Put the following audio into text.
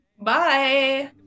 Bye